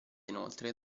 inoltre